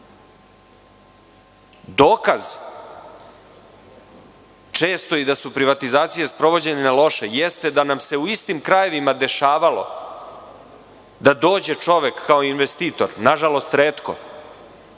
Dokaz da su privatizacije često sprovođene loše, jeste da nam se u istim krajevima dešavalo da dođe čovek kao investitor, nažalost retko,